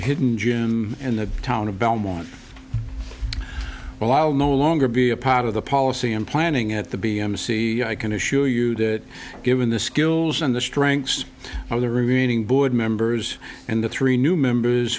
hidden gym in the town of belmont while no longer be a part of the policy and planning at the b m c i can assure you that given the skills on the strengths of the remaining board members and the three new members